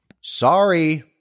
Sorry